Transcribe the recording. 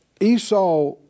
Esau